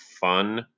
fun